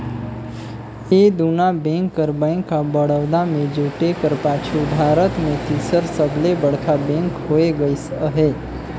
ए दुना बेंक कर bank of Baroda में जुटे कर पाछू भारत में तीसर सबले बड़खा बेंक होए गइस अहे